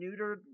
neutered